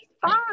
fine